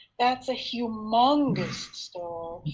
that's a humongous star.